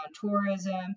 tourism